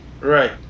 Right